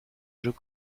jeux